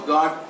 God